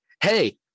hey